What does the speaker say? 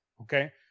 Okay